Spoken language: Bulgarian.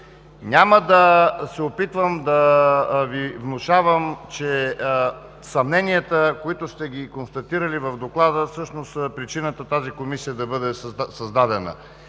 Няма да се опитвам да Ви внушавам, че съмненията, които сте констатирали в Доклада, са всъщност причината тази Комисия да бъде създадена.